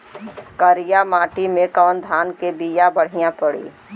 करियाई माटी मे कवन धान के बिया बढ़ियां पड़ी?